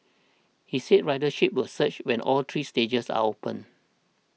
he said ridership will surge when all three stages are open